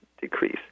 decrease